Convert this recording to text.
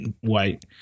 white